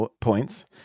Points